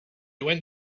went